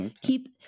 Keep